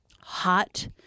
hot